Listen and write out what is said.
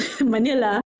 Manila